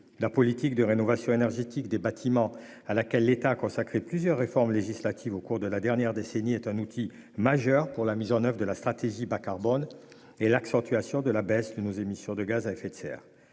La politique de rénovation énergétique des bâtiments, à laquelle l'État a consacré plusieurs réformes législatives au cours de la dernière décennie, est un outil majeur pour la mise en oeuvre de la stratégie bas-carbone et l'accentuation de la baisse de nos émissions de gaz à effet de serre.